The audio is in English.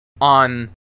on